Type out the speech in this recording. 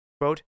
Quote